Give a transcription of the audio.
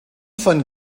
von